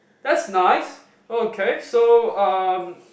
that's nice okay so um